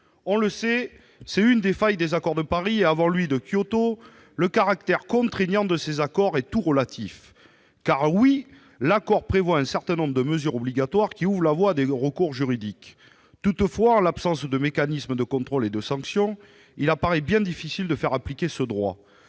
et c'est une des failles de l'accord de Paris, mais aussi, avant lui, du protocole de Kyoto, le caractère contraignant de ces accords est tout relatif. Certes, l'accord de Paris prévoit un certain nombre de mesures obligatoires, qui ouvrent la voie à des recours juridiques. Toutefois, en l'absence de mécanismes de contrôle et de sanctions, il paraît bien difficile de faire appliquer ce droit.